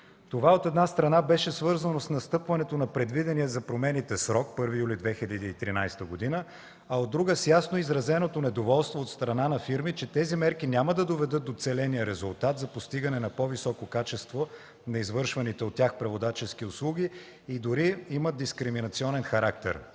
Това, от една страна, беше свързано с настъпването на предвидения за промените срок 1 юли 2013 г., а от друга, с ясно изразеното недоволство от страна на фирми, че тези мерки няма да доведат до целения резултат за постигане на по-високо качество на извършваните от тях преводачески услуги и дори имат дискриминационен характер.